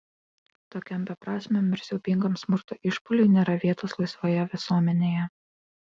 tokiam beprasmiam ir siaubingam smurto išpuoliui nėra vietos laisvoje visuomenėje